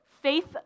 Faith